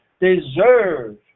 deserve